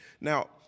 Now